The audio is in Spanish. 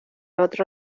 otro